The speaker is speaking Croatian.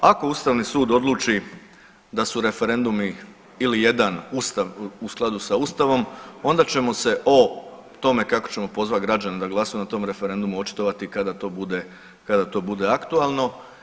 Ako ustavni sud odluči da su referendumi ili jedan u skladu sa ustavom onda ćemo se o tome kako ćemo pozvati građane da glasaju na tom referendumu očitovati kada to bude aktualno.